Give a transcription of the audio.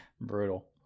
brutal